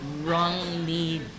wrongly